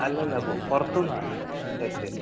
അല്ല അല്ല പുറത്തു നിന്നാണ് കഴിച്ചത്